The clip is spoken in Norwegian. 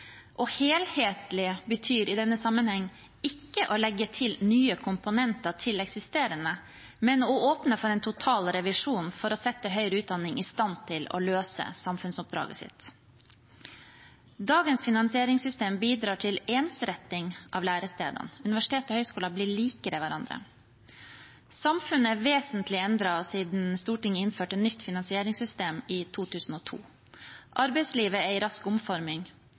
Helhetlig betyr i denne sammenhengen ikke å legge nye komponenter til eksisterende, men å åpne for en total revisjon for å sette høyere utdanning i stand til å løse samfunnsoppdraget sitt. Dagens finansieringssystem bidrar til ensretting av lærestedene. Universiteter og høgskoler blir likere hverandre. Samfunnet er vesentlig endret siden Stortinget innførte nytt finansieringssystem i 2002. Arbeidslivet er i rask omforming.